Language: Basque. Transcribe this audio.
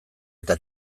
eta